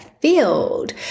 field